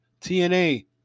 TNA